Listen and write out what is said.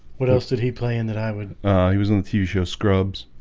what else did he play in that i would he was on the few show scrubs.